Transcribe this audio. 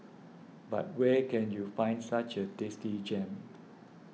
but where can you find such a tasty gem